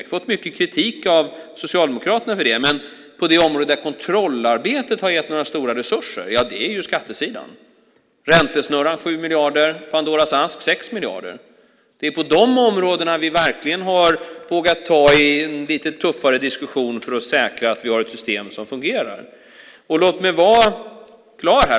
Vi har fått mycket kritik från Socialdemokraterna för det, men på det området där kontrollarbetet gett några stora resurser är på skattesidan - räntesnurran 7 miljarder, Pandoras ask 6 miljarder. Det är på de områdena som vi verkligen vågat ta lite tuffare diskussioner för att säkra att vi har ett system som fungerar. Låt mig vara klar.